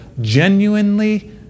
genuinely